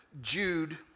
Jude